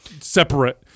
separate